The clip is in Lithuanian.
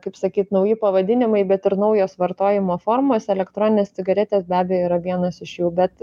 kaip sakyt nauji pavadinimai bet ir naujos vartojimo formos elektroninės cigaretės be abejo yra vienas iš jų bet